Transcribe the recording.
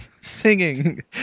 singing